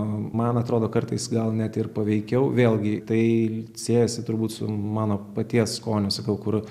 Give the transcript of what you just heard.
man atrodo kartais gal net ir paveikiau vėlgi tai siejasi turbūt su mano paties skoniu sakau kur